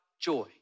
joy